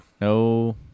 No